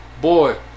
boy